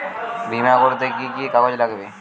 বিমা করতে কি কি কাগজ লাগবে?